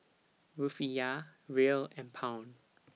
Rufiyaa Riel and Pound